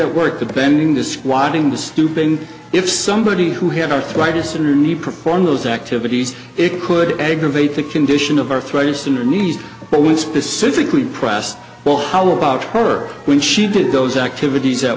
at work the bending the squatting the stooping if somebody who had arthritis in her knee perform those activities it could aggravate the condition of arthritis in her knees but when specifically pressed well how about her when she did those activities at